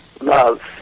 love